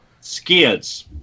Skids